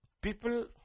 people